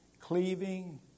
cleaving